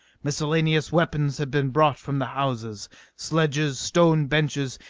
miscellaneous weapons had been brought from the houses sledges, stone benches,